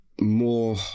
more